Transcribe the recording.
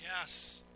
yes